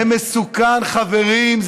זה מסוכן, חברים.